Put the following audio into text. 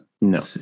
No